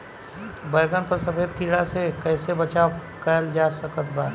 बैगन पर सफेद कीड़ा से कैसे बचाव कैल जा सकत बा?